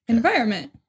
Environment